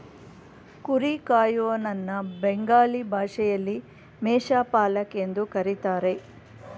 ಕುರಿ ಕಾಯುವನನ್ನ ಬೆಂಗಾಲಿ ಭಾಷೆಯಲ್ಲಿ ಮೇಷ ಪಾಲಕ್ ಎಂದು ಕರಿತಾರೆ